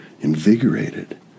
invigorated